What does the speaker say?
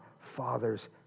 Father's